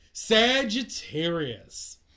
Sagittarius